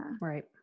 right